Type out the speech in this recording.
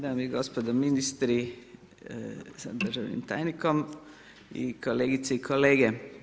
Dame i gospodo, ministri s državnim tajnikom i kolegice i kolege.